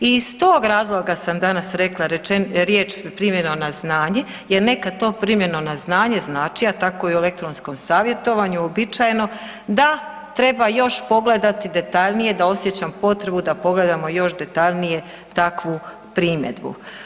I iz tog dana sam danas rekla rečenicu, riječ primljeno na znanje jer nekad to primljeno na znanje znači, a tako je i u elektronskom savjetovanju uobičajeno da treba još pogledati detaljnije, da osjećam potrebu da pogledamo još detaljnije takvu primjedbu.